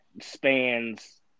spans